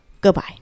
goodbye